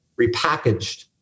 repackaged